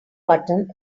button